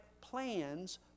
plans